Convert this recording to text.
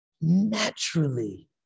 naturally